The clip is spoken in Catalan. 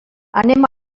anem